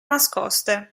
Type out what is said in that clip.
nascoste